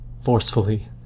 forcefully